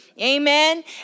amen